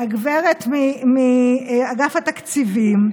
מאגף התקציבים,